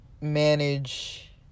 manage